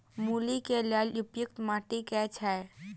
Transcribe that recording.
मूली केँ लेल उपयुक्त माटि केँ छैय?